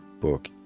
book